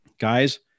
Guys